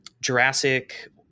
Jurassic